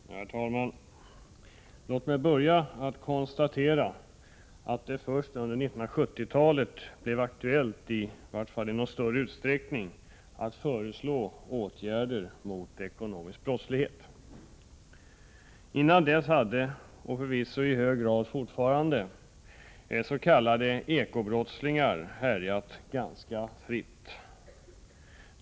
Herr talman! Låt mig börja med att konstatera att det först under 1970-talet blev aktuellt, i varje fall i någon större utsträckning, att föreslå åtgärder mot ekonomisk brottslighet. Innan dess hade s.k. eko-brottslingar härjat ganska fritt, och det sker förvisso i hög grad fortfarande.